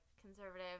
conservative